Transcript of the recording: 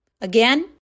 Again